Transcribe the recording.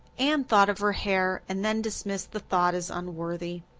anne thought of her hair and then dismissed the thought as unworthy.